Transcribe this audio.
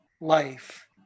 life